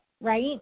right